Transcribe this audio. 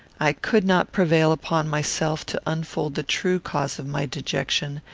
i could not prevail upon myself to unfold the true cause of my dejection,